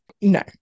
No